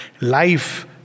life